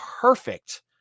perfect